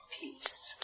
peace